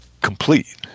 complete